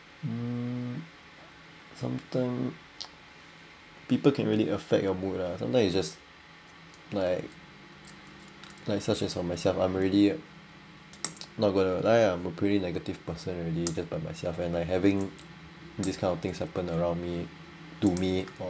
mm sometime people can really affect your mood lah sometimes you just like like such as for myself I'm already I'm not going to lie ah I'm a pretty negative person already just by myself and I having this kind of things happen around me to me